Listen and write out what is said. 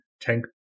tank